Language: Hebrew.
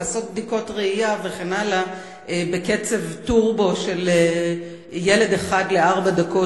לעשות בדיקות ראייה בקצב טורבו של ילד אחד לארבע דקות,